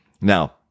Now